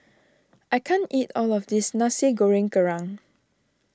I can't eat all of this Nasi Goreng Kerang